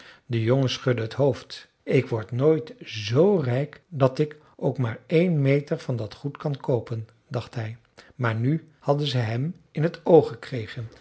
de jongen schudde het hoofd ik word nooit zoo rijk dat ik ook maar één meter van dat goed kan koopen dacht hij maar nu hadden ze hem in t oog gekregen